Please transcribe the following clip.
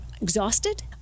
exhausted